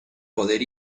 poder